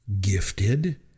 gifted